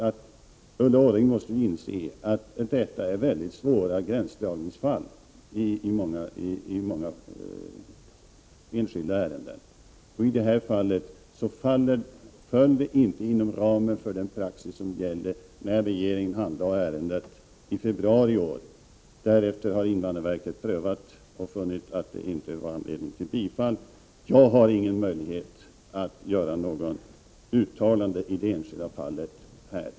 Men Ulla Orring måste inse att det handlar om mycket svåra gränsdragningar i många enskilda ärenden. I det här fallet föll ärendet utanför ramen för den praxis som gäller, när regeringen handlade ärendet i februari i år. Därefter har invandrarverket prövat ärendet och funnit att det inte fanns anledning till bifall. Jag har ingen möjlighet att här göra något uttalande i det enskilda fallet.